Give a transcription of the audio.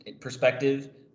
perspective –